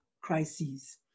crises